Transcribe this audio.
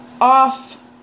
off